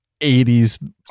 80s